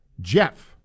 Jeff